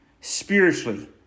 spiritually